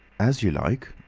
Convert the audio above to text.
as you like.